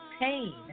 pain